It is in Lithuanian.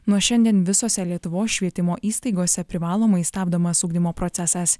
nuo šiandien visose lietuvos švietimo įstaigose privalomai stabdomas ugdymo procesas